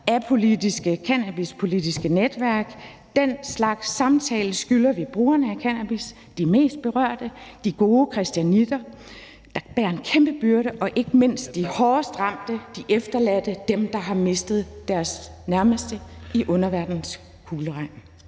apolitiske cannabispolitiske netværk. Den slags samtale skylder vi brugerne af cannabis, de mest berørte, de gode christianitter, der bærer en kæmpe byrde, og ikke mindst de hårdest ramte, de efterladte, dem, der har mistet deres nærmeste i underverdenens kugleregn.